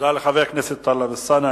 תודה לחבר הכנסת טלב אלסאנע.